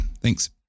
Thanks